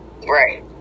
Right